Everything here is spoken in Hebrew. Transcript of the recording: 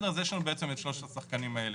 יש לנו בעצם את שלושת השחקנים האלה.